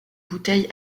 bouteille